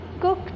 cook